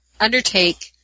undertake